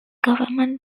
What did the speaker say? government